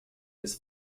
his